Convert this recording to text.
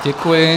Děkuji.